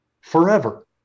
forever